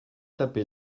tapé